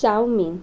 chowmein